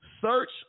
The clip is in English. Search